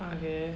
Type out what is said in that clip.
okay